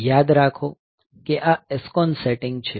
યાદ રાખો કે આ SCON સેટિંગ છે